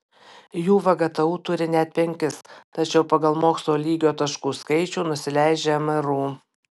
jų vgtu turi net penkis tačiau pagal mokslo lygio taškų skaičių nusileidžia mru